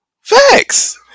Facts